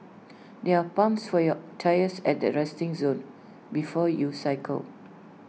there are pumps for your tyres at the resting zone before you cycle